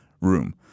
room